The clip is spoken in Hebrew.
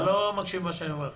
אתה לא מקשיב אל מה שאני אומר לך.